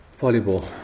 Volleyball